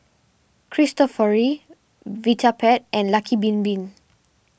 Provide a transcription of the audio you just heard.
Cristofori Vitapet and Lucky Bin Bin